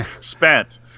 spent